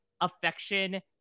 affection